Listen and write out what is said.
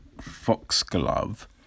Foxglove